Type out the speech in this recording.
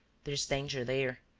there is danger there.